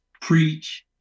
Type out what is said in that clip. preach